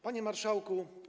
Panie Marszałku!